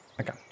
Okay